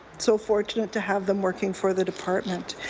so fortunate to have them working for the department.